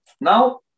Now